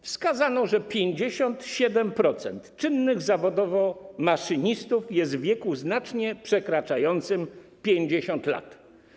Wskazano, że 57% czynnych zawodowo maszynistów jest w wieku znacznie przekraczającym 50 lat.